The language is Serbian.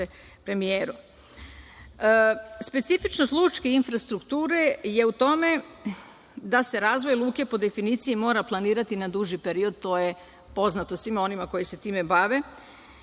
premijeru. Specifičnost lučke infrastrukture je u tome da se razvoj luke po definiciji mora planirati na duži period, to je poznato svima onima koji se time bave